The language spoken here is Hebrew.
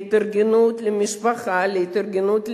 להתארגנות למשפחה, להתארגנות לילדים,